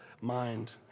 mind